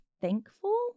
thankful